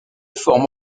formes